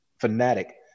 fanatic